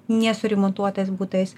nesuremontuotas butais